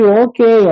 okay